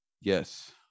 yes